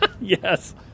Yes